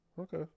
Okay